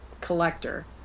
collector